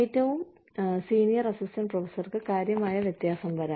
ഏറ്റവും senior assistant പ്രൊഫസർക്ക് കാര്യമായ വ്യത്യാസം വരാം